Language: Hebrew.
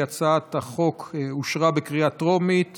ההצעה להעביר את הצעת חוק הגבלת משקל בתעשיית הדוגמנות (תיקון,